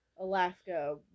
Alaska